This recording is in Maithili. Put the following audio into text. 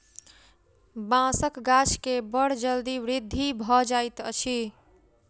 बांसक गाछ के बड़ जल्दी वृद्धि भ जाइत अछि